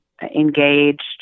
engaged